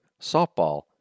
softball